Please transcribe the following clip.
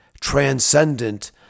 transcendent